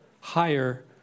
higher